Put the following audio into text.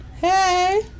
hey